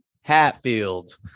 Hatfield